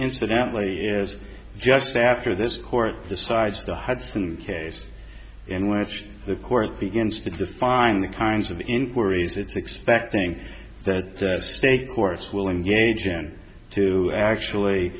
incidentally is just after this court decides the hudson case in which the court begins to define the kinds of inquiries it's expecting that state courts will engage in to actually